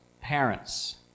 parents